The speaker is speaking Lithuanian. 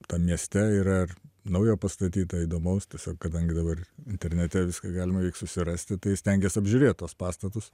tam mieste yra ar naujo pastatyta įdomaus tiesiog kadangi dabar internete viską galima reik susirasti tai stengies apžiūrėt tuos pastatus